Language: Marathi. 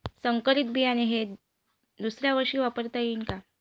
संकरीत बियाणे हे दुसऱ्यावर्षी वापरता येईन का?